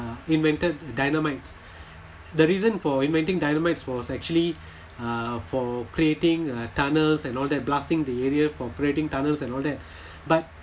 uh invented dynamite the reason for inventing dynamites was actually uh for creating uh tunnels and all that blasting the area for creating tunnels and all that but